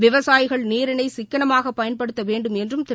விவசாயிகள் நீரினைசிக்கனமாகபயன்படுத்தவேண்டும் என்றும் திரு